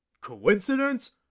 Coincidence